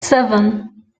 seven